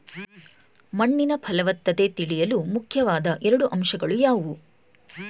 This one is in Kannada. ಮಣ್ಣಿನ ಫಲವತ್ತತೆ ತಿಳಿಯಲು ಮುಖ್ಯವಾದ ಎರಡು ಅಂಶಗಳು ಯಾವುವು?